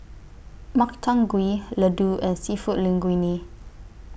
Makchang Gui Ladoo and Seafood Linguine